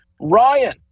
Ryan